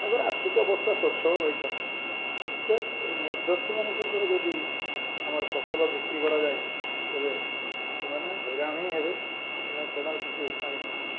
ତାଙ୍କର ଆର୍ଥିକ ଅବସ୍ଥା ସ୍ୱଚ୍ଛଳ ରହିଥାନ୍ତା ନଚେତ୍ ଏଇ ମଧ୍ୟ ମାନଙ୍କ ଦ୍ୱାରା ଯଦି ଆମର ଫସଲ ବିକ୍ରି କରାଯାଏ ତେବେ ସେମାନେ ହଇରାଣ ହିଁ ହେବେ ଏହା ଛଡ଼ା କିଛି ଉପାୟ ନାହିଁ